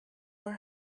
were